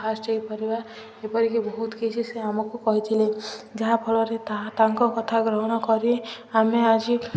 first ହେଇପାରିବା ଏପରିକି ବହୁତ କିଛି ସେ ଆମକୁ କହିଥିଲେ ଯାହାଫଳରେ ତାଙ୍କ କଥା ଗ୍ରହଣ କରି ଆମେ ଆଜି